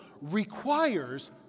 requires